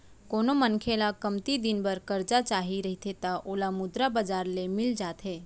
कोनो मनखे ल कमती दिन बर करजा चाही रहिथे त ओला मुद्रा बजार ले मिल जाथे